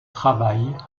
travail